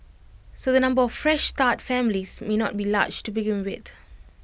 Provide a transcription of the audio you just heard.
so the number of Fresh Start families may not be large to begin with